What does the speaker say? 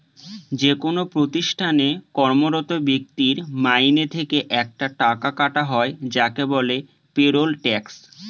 যেকোনো প্রতিষ্ঠানে কর্মরত ব্যক্তির মাইনে থেকে একটা টাকা কাটা হয় যাকে বলে পেরোল ট্যাক্স